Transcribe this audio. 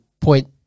point